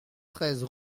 treize